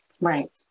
Right